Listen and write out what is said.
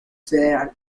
federal